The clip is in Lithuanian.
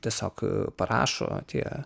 tiesiog parašo tie